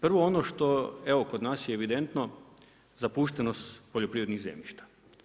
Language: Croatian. Prvo ono što evo kod nas je evidentno, zapuštenost poljoprivrednih zemljišta.